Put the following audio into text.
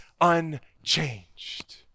unchanged